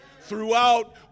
Throughout